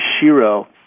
Shiro